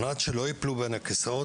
על מנת שהם לא ייפלו בין הכיסאות,